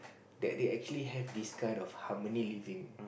that they actually have this kind of harmony living